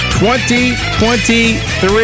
2023